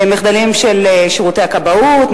מחדלים של שירותי הכבאות,